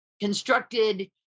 constructed